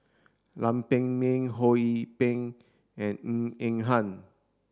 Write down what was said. Lam Pin Min Ho Yee Ping and Ng Eng Hen